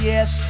Yes